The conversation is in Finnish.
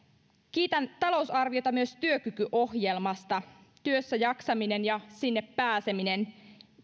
kiitän talousarviota myös työkykyohjelmasta työssä jaksaminen ja sinne pääseminen